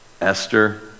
Esther